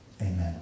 Amen